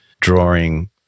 drawing